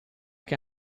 che